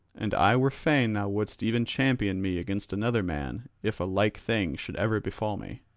and i were fain thou wouldst even champion me against another man if a like thing should ever befall me.